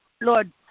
Lord